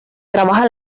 trabaja